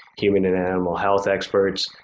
human and animal health experts,